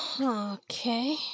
Okay